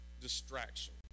distraction